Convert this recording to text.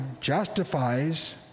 justifies